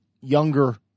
younger